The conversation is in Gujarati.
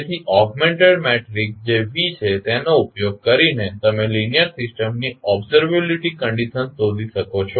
તેથી ઓગમેન્ટેડ મેટ્રિક્સ જે V છે તેનો ઉપયોગ કરીને તમે લીનીઅર સિસ્ટમની ઓબ્ઝર્વેબીલીટી કંડીશન શોધી શકો છો